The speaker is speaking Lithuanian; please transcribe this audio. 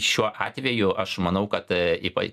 šiuo atveju aš manau kad ypa